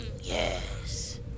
yes